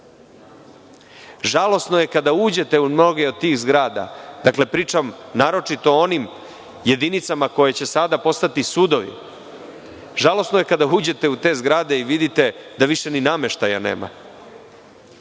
Žalosno je kada uđete u mnoge od tih zgrada, pričam naročito o onim jedinicama koje će sada postati sudovi, žalosno je kada uđete u te zgrade i vidite da više ni nameštaja nema,